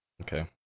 okay